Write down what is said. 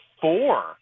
four